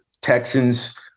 Texans